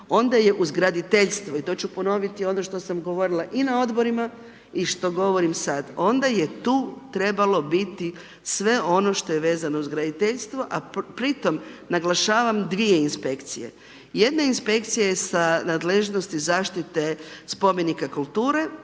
onda je uz graditeljstvo, i to ću ponoviti ono što sam govorila i na Odborima i što govorim sad, onda je tu trebalo biti sve ono što je vezano uz graditeljstvo, a pri tome naglašavam dvije Inspekcije. Jedna Inspekcija je sa nadležnosti zaštite spomenika kulture,